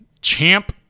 Champ